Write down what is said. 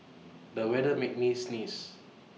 the weather made me sneeze